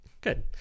Good